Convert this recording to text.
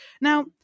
now